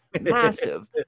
massive